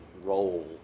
role